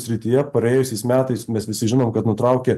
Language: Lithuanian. srityje praėjusiais metais mes visi žinom kad nutraukė